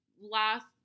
last